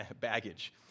Baggage